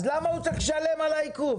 אז למה הוא צריך לשלם על העיכוב?